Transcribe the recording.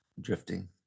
Drifting